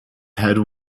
head